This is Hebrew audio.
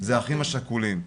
זה האחים השכולים.